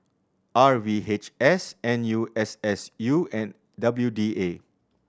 R V H S N U S S U and W D A